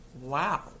wow